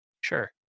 Sure